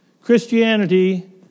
Christianity